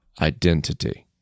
identity